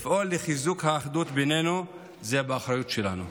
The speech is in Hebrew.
לפעול לחיזוק האחדות בינינו, זה באחריות שלנו.